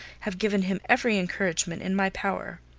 have given him every encouragement in my power.